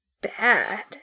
Bad